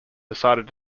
decided